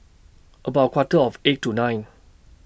about A Quarter of eight tonight